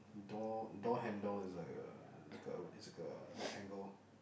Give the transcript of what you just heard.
door door handle is like a like a is a rectangle